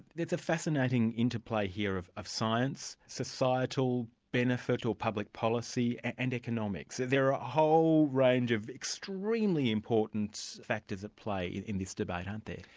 there's a fascinating interplay here of of science, societal benefit or public policy, and economics. there are a whole range of extremely important factors at play in this debate, aren't there?